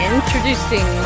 Introducing